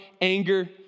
anger